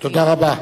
תודה רבה.